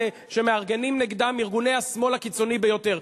שמארגנים נגדם ארגוני השמאל הקיצוני ביותר.